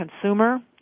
consumer